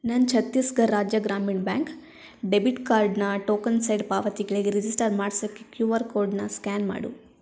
ನನ್ನ Chhattisgarh Rajya Gramin bank debit ಕಾರ್ಡನ್ನು tokenised ಪಾವತಿಗಳಿಗೆ ರಿಜಿಸ್ಟರ್ ಮಾಡ್ಸೋಕ್ಕೆ ಕ್ಯೂ ಆರ್ ಕೋಡನ್ನು ಸ್ಕ್ಯಾನ್ ಮಾಡು